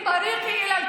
תלמד ערבית, יא סעדה.